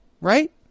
right